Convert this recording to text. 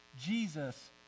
Jesus